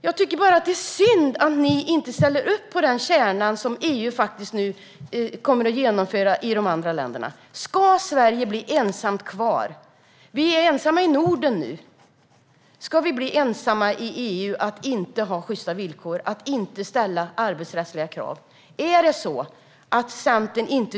Jag tycker bara att det är synd att ni inte ställer upp på den kärna som EU nu kommer att genomföra i de andra länderna. Ska Sverige bli ensamt kvar? Vi är ensamma i Norden nu. Ska vi bli ensamma i EU om att inte ha sjysta villkor och att inte ställa arbetsrättsliga krav? Tycker Centern det?